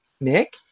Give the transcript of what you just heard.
Nick